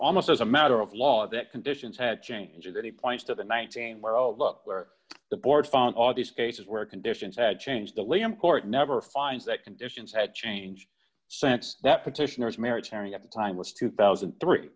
almost as a matter of law that conditions had changed any points to the nineteen where all look where the board found all these cases where conditions had changed the liam court never finds that conditions had change sense that petitioners married terry at the time was two thousand and three